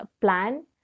plan